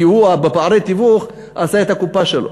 כי בפערי תיווך הוא עשה את הקופה שלו.